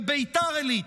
בבית"ר עילית,